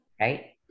Right